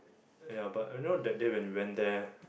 ya but I know that day when we went there